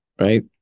right